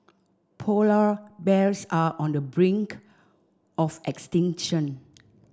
polar bears are on the brink of extinction